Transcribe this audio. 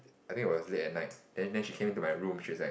I think it was late at night then then she came into my room she's like